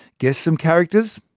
guess some characters,